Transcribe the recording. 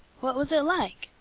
what was it like?